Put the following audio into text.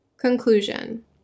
Conclusion